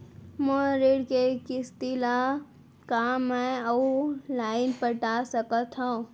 मोर ऋण के किसती ला का मैं अऊ लाइन पटा सकत हव?